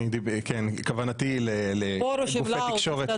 כוונתי לגופי תקשורת,